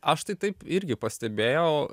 aš tai taip irgi pastebėjau